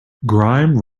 grime